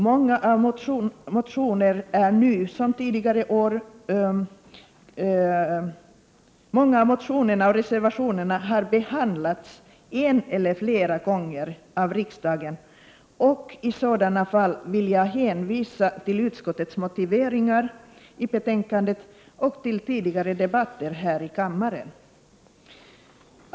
Många av motionerna och reservationerna har behandlats en eller flera gånger av riksdagen, och i sådana fall vill jag hänvisa till utskottets motiveringar i betänkandet och till tidigare debatter här i kammaren.